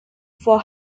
for